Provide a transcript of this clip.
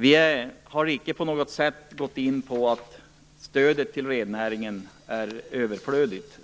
Vi har inte på något sätt sagt att stödet till rennäringen är överflödigt.